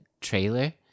trailer